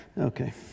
Okay